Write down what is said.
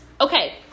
Okay